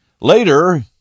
Later